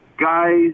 Guys